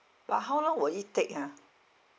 but how long will it take ah